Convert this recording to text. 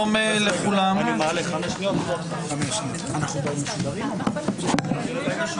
סדר-היום: הצעת חוק חסיון ראיות (טיפול נפשי בהליכים